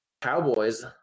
Cowboys